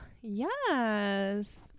yes